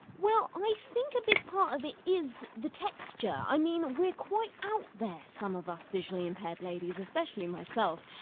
well i think a big part of it is the texture, i mean we're quite out there some of us visually impaired ladies, especially myself,